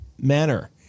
manner